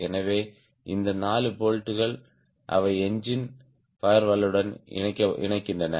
எனவே இந்த 4 போல்ட்கள் அவை என்ஜின் ஃபயர்வாலுடன் இணைக்கின்றன